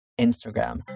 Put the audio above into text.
Instagram